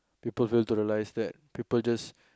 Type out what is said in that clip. people fail to realise that people just